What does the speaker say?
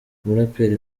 umuraperi